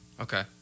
Okay